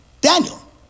Daniel